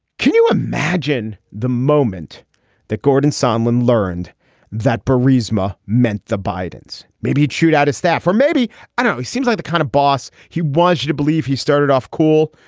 can you imagine the moment that gordon sundlun learned that charisma meant the bidens maybe chewed out his staff for maybe i don't. he seems like the kind of boss he wants you to believe. he started off cool.